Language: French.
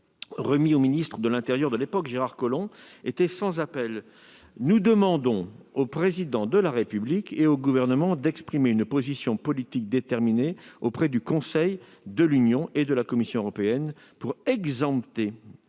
relance du volontariat ; et ce rapport était sans appel :« Nous demandons au Président de la République et au Gouvernement d'exprimer une position politique déterminée auprès du Conseil de l'Union et de la Commission européenne pour exempter